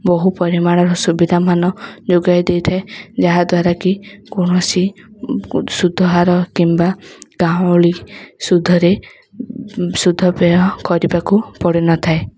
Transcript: ବହୁ ପରିମାଣର ସୁବିଧାମାନ ଯୋଗାଇଦେଇଥାଏ ଯାହାଦ୍ୱାରାକି କୌଣସି ସୁଧ ହାର କିମ୍ବା ତାହୁଣି ସୁଧରେ ସୁଧ ବ୍ୟୟ କରିବାକୁ ପଡ଼ିନଥାଏ